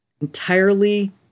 entirely